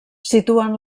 situen